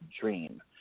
dream